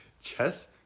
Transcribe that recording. Chess